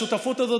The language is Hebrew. השותפות הזאת,